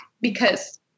because-